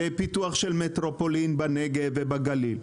לפיתוח של מטרופולין בנגב ובגליל,